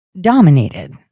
dominated